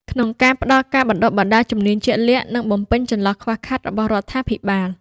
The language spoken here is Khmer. ក្នុងការផ្តល់ការបណ្តុះបណ្តាលជំនាញជាក់លាក់ និងបំពេញចន្លោះខ្វះខាតរបស់រដ្ឋាភិបាល។